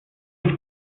ich